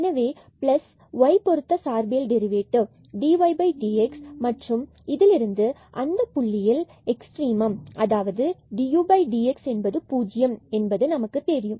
எனவே plus y பொருத்த partial derivative dydx மற்றும் பின்பு இதிலிருந்து அந்த புள்ளியில் எக்ஸ்ட்ரீமம் அதாவது dudx என்பது பூஜ்யம் என நமக்கு தெரியும்